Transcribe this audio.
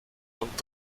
und